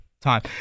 time